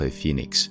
Phoenix